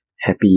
happy